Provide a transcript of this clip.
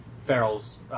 Farrell's